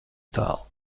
tālu